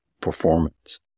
performance